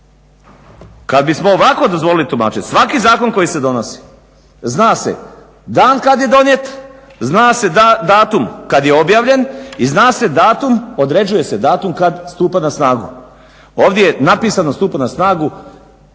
Kad bismo ovako dozvolili tumačenje, svaki zakon koji se donosi zna se dan kad je donijet, zna se datum kad je objavljen i zna se datum, određuje se datum kad stupa na snagu. Ovdje je napisano da stupa na snagu